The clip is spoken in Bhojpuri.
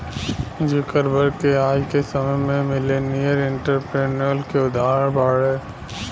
जुकरबर्ग आज के समय में मिलेनियर एंटरप्रेन्योर के उदाहरण बाड़े